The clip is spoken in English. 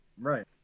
right